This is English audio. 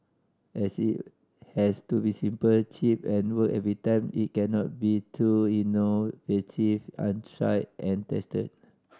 as it has to be simple cheap and work every time it cannot be too innovative on try and tested